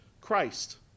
Christ